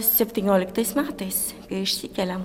septynioliktais metais išsikėlėm